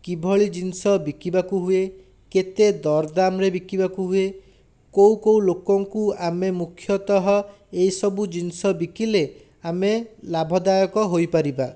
କିଭଳି ଜିନିଷ ବିକିବାକୁ ହୁଏ କେତେ ଦରଦାମରେ ବିକିବାକୁ ହୁଏ କେଉଁ କେଉଁ ଲୋକଙ୍କୁ ଆମେ ମୁଖ୍ୟତଃ ଏହିସବୁ ଜିନିଷ ବିକିଲେ ଆମେ ଲାଭଦାୟକ ହୋଇପାରିବା